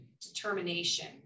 determination